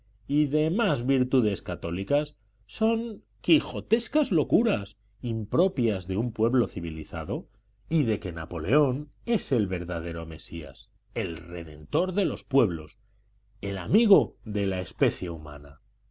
y demás virtudes católicas son quijotescas locuras impropias de un pueblo civilizado y de que napoleón es el verdadero mesías el redentor de los pueblos el amigo de la especie humana